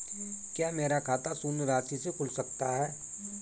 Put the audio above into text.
क्या मेरा खाता शून्य राशि से खुल सकता है?